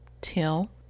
Till